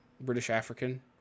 British-African